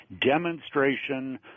demonstration